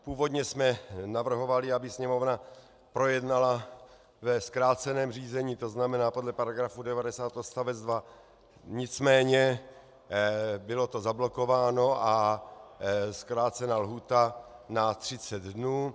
Původně jsme navrhovali, aby Sněmovna projednala ve zkráceném řízení, to znamená podle § 90 odst. 2, nicméně bylo to zablokováno a zkrácena lhůta na 30 dnů.